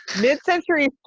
mid-century